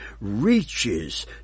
reaches